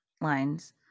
lines